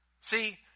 See